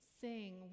sing